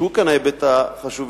שהוא כאן ההיבט החשוב,